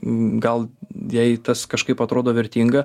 gal jai tas kažkaip atrodo vertinga